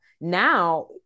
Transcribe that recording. Now